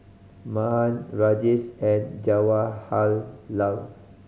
Mahan Rajesh and Jawaharlal